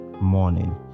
morning